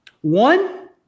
One